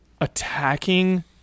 attacking